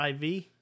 IV